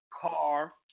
car